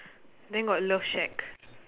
then got love shack